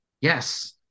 yes